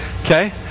Okay